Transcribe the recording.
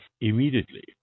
immediately